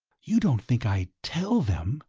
you don't think i'd tell them,